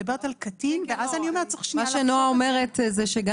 ואז אני אומרת שצריך שניה לחשוב על זה --- נעה אומרת